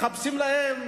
מחפשים להם